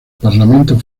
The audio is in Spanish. parlamento